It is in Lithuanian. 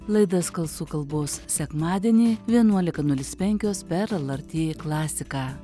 laida skalsu kalbos sekmadienį vienuolika nulis penkios per lrt klasiką